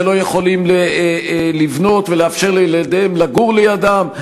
שלא יכולים לבנות ולאפשר לילדיהם לגור לידם,